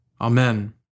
Amen